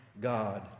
God